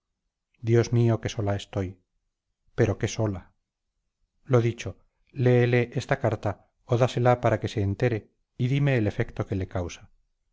dios mío qué sola estoy pero qué sola lo dicho léele esta carta o dásela para que se entere y dime el efecto que le causa